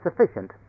Sufficient